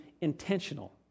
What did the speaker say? intentional